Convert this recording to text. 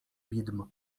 widm